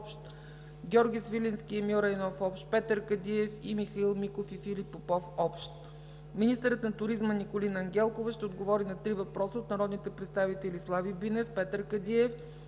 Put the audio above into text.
Министърът на туризма Николина Ангелкова ще отговори на три въпроса от народните представители Слави Бинев; Петър Кадиев;